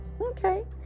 okay